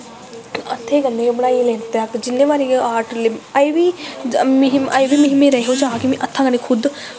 हत्थें कन्नैं गै मतलव जिन्नें बारी आर्ट अजैं बी मिगी चार्ट में हत्था कन्नै खुद